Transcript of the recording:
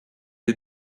est